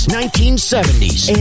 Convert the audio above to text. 1970s